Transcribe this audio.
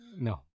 No